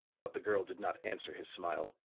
but the girl did not answer his smile.